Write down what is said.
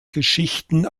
geschichten